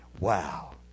Wow